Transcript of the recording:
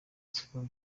siko